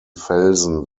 felsen